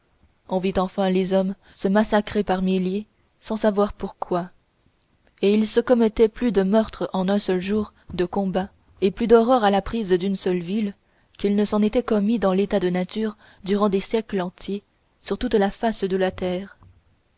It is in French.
on vit enfin les hommes se massacrer par milliers sans savoir pourquoi et il se commettait plus de meurtres en un seul jour de combat et plus d'horreurs à la prise d'une seule ville qu'il ne s'en était commis dans l'état de nature durant des siècles entiers sur toute la face de la terre